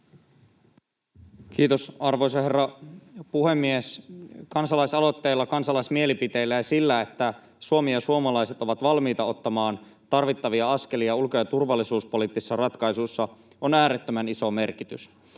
Kiitos, arvoisa herra puhemies! Kansalaisaloitteilla, kansalaismielipiteillä ja sillä, että Suomi ja suomalaiset ovat valmiita ottamaan tarvittavia askelia ulko- ja turvallisuuspoliittisissa ratkaisuissa, on äärettömän iso merkitys.